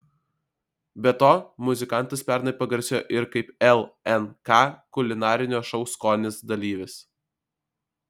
be to muzikantas pernai pagarsėjo ir kaip lnk kulinarinio šou skonis dalyvis